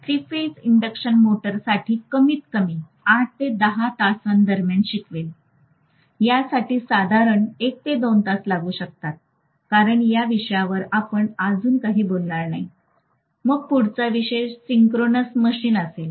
तर three phase induction मोटरसाठी मी कमीतकमी 8 ते 10 तासांदरम्यान शिकवेन यासाठी साधारण 1 ते 2 तास लागू शकतात कारण या विषयावर आपण अजून काही बोलणार नाही मग पुढचा विषय सिंक्रोनास मशीन असेल